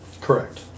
Correct